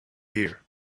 here